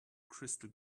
crystal